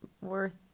worth